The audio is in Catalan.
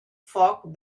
foc